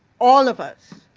all of us,